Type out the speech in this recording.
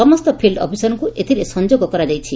ସମସ୍ତ ଫଇଲ୍କ ଅଫିସରଙ୍କୁ ଏଥିରେ ସଂଯୋଗ କରାଯାଇଛି